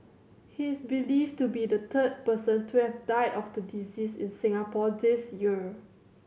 he is believed to be the third person to have died of the disease in Singapore this year